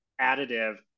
additive